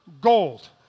gold